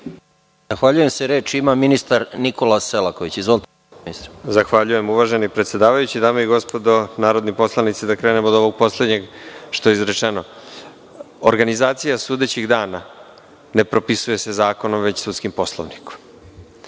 Korać** Reč ima ministar Nikola Selaković. **Nikola Selaković** Zahvaljujem, uvaženi predsedavajući. Dame i gospodo narodni poslanici, krenuo bih od ovog poslednjeg što je izrečeno. Organizacija sudećih dana ne propisuje se zakonom, već sudskim poslovnikom.